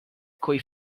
coi